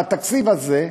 בתקציב הזה,